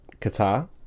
Qatar